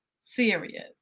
serious